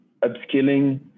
upskilling